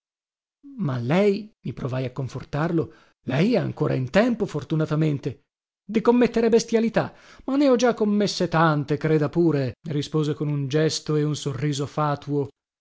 ma lei mi provai a confortarlo lei è ancora in tempo fortunatamente di commettere bestialità ma ne ho già commesse tante creda pure rispose con un gesto e un sorriso fatuo